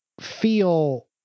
feel